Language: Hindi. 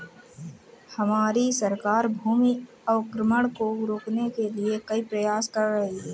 हमारी सरकार भूमि अवक्रमण को रोकने के लिए कई प्रयास कर रही है